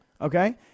Okay